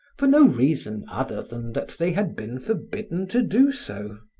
for no reason other than that they had been forbidden to do so.